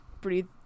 breathe